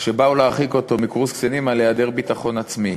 פעם שבאו להרחיק אותו מקורס קצינים על היעדר ביטחון עצמי.